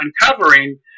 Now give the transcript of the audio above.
uncovering